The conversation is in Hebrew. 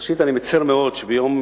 ראשית, אני מצר מאוד שביום